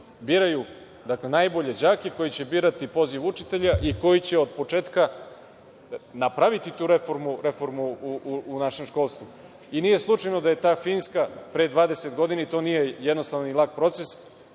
biraju najbolje đake koji će birati poziv učitelja i koji će od početka napraviti tu reformu u našem školstvu. Nije slučajno da je ta Finska pre 20 godina i to nije jednostavno i lak proces,